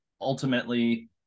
ultimately